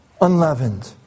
unleavened